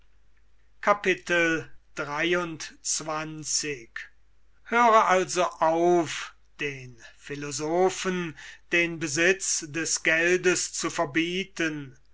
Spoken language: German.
xii höre also auf den philosophen des geldes zu verbieten